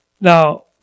Now